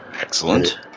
Excellent